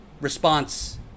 response